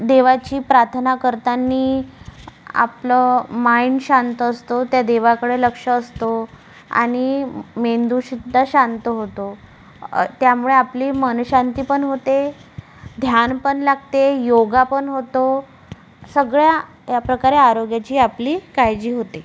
देवाची प्रार्थना करताना आपलं माइंड शांत असतो त्या देवाकडे लक्ष असतो आणि मेंदूसुद्धा शांत होतो त्यामुळे आपली मनःशांती पण होते ध्यान पण लागते योग पण होतो सगळ्या या प्रकारे आरोग्याची आपली काळजी होते